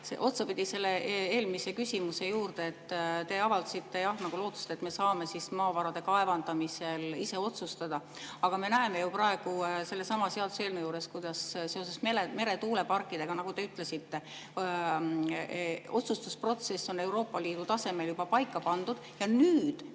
otsapidi eelmise küsimuse juurde. Te avaldasite nagu lootust, et me saame maavarade kaevandamise üle ise otsustada. Aga me näeme ju praegu sellesama seaduseelnõu puhul, kuidas seoses meretuuleparkidega, nagu te ütlesite, otsustusprotsess on Euroopa Liidu tasemel juba paika pandud. Nüüd